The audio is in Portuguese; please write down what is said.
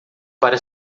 para